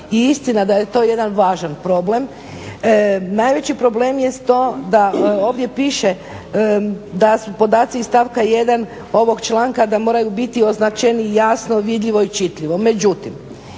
i istina da je to jedan važan problem. Najveći problem jest to da ovdje piše da su podaci iz stavka 1. ovog članka da moraju biti označeni jasno, vidljivo i čitljivo.